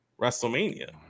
wrestlemania